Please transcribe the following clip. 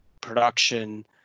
production